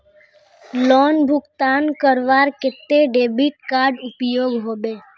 Loan भुगतान करवार केते डेबिट कार्ड उपयोग होबे?